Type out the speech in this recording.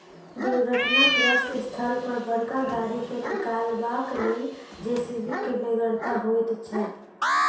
दुर्घटनाग्रस्त स्थल पर बड़का गाड़ी के निकालबाक लेल जे.सी.बी के बेगरता होइत छै